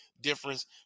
difference